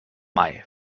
mai